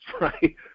right